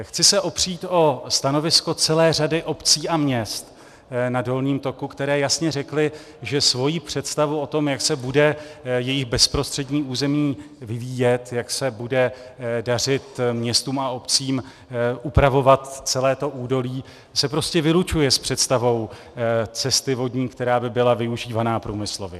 Chci se opřít o stanovisko celé řady obcí a měst na dolním toku, které jasně řekly, že jejich představa o tom, jak se bude jejich bezprostřední území vyvíjet, jak se bude dařit městům a obcím upravovat celé to údolí, se prostě vylučuje s představou cesty vodní, která by byla využívaná průmyslově.